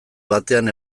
batean